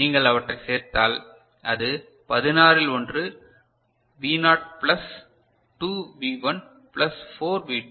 நீங்கள் அவற்றைச் சேர்த்தால் அது 16 இல் 1 V naught plus 2 V 1 plus 4 V 2 plus 8 V 3